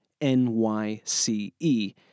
N-Y-C-E